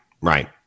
right